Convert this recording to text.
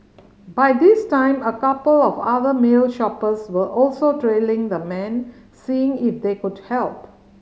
by this time a couple of other male shoppers were also trailing the man seeing if they could help